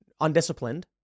undisciplined